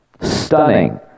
Stunning